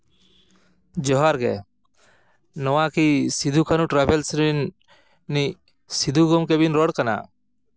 ᱡᱚᱦᱟᱨ ᱜᱮ ᱱᱚᱣᱟᱠᱤ ᱥᱤᱫᱩᱼᱠᱟᱹᱱᱦᱩ ᱴᱨᱟᱵᱷᱮᱞᱥ ᱨᱤᱱᱤᱡ ᱥᱤᱫᱩ ᱜᱚᱢᱠᱮ ᱵᱮᱱ ᱨᱚᱲ ᱠᱟᱱᱟ